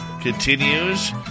continues